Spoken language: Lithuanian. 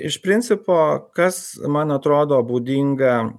iš principo kas man atrodo būdinga